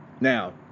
Now